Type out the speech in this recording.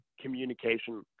communication